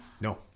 No